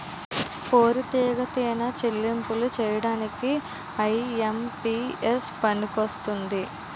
పోరితెగతిన చెల్లింపులు చేయడానికి ఐ.ఎం.పి.ఎస్ పనికొస్తుంది